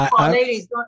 Ladies